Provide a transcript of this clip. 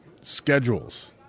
schedules